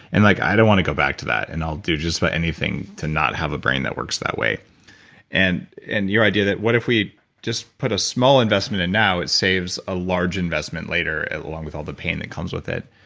and like i don't want to go back to that and i'll do just but anything to not have a brain that works that way and in your idea that what if we just put a small investment in now that saves a large investment later along with all the pain that comes with it.